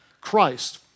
Christ